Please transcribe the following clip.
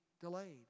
delayed